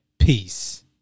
Peace